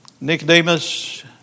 Nicodemus